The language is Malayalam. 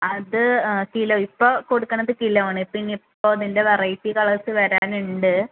അത് കിലോ ഇപ്പോൾ കൊടുക്കുന്നത് കിലോ ആണ് ഇപ്പോൾ ഇനി ഇപ്പോൾ ഇതിൻ്റെ വെറൈറ്റി കളേഴ്സ് വരാനുണ്ട്